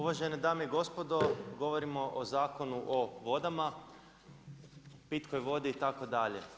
Uvažene dame i gospodo, govorimo o Zakonu o vodama, pitkoj vodi itd.